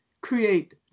create